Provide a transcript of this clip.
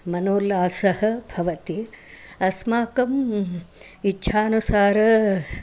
मनोल्लासः भवति अस्माकम् इच्छानुसारम्